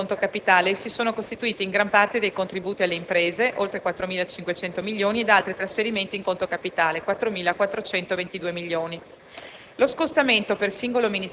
Per quanto concerne i nuovi residui in conto capitale, essi sono costituiti in gran parte dai contributi alle imprese (oltre 4.500 milioni) e da altri trasferimenti in conto capitale (4.422 milioni).